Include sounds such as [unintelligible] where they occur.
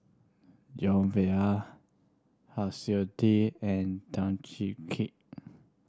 Joan [unintelligible] Siew Tee and Tan Keng Kee